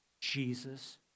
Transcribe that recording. Jesus